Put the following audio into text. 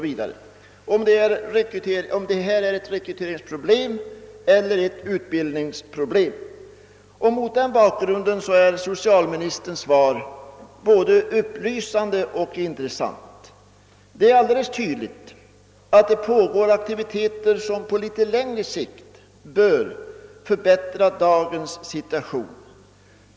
Rör det sig om eit rekryteringsproblem eller ett utbildningsproblem? Socialministerns svar är både upplysande och intressant. Aktiviteter pågår tydligen för att på längre sikt förbättra situationen.